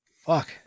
fuck